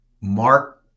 Mark